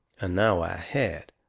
and now i had.